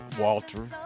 Walter